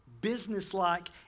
businesslike